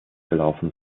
gelaufen